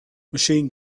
machine